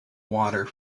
water